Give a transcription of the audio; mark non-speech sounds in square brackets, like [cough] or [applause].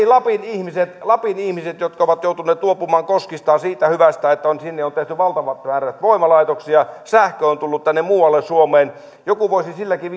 [unintelligible] lapin ihmiset lapin ihmiset ovat joutuneet luopumaan koskistaan siitä hyvästä että sinne on tehty valtavat määrät voimalaitoksia ja sähkö on tullut tänne muualle suomeen joku voisi silläkin [unintelligible]